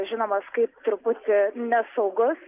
žinomas kaip truputį nesaugus